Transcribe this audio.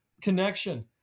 connection